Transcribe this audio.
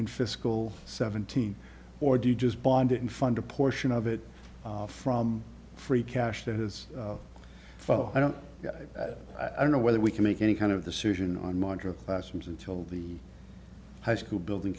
in fiscal seventeen or do you just bond it and fund a portion of it from free cash that is well i don't i don't know whether we can make any kind of the solution on monitor classrooms until the high school building